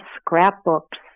scrapbooks